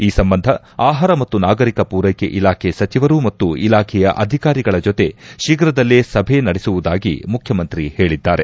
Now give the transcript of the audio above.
ಈ ಸಂಬಂಧ ಆಹಾರ ಮತ್ತು ನಾಗರಿಕ ಪೂರೈಕೆ ಇಲಾಖೆ ಸಚಿವರು ಮತ್ತು ಇಲಾಖೆಯ ಅಧಿಕಾರಿಗಳ ಜತೆ ಶೀಘ್ರದಲ್ಲೇ ಸಭೆ ನಡೆಸುವುದಾಗಿ ಮುಖ್ಯಮಂತ್ರಿ ಹೇಳಿದ್ದಾರೆ